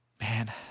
Man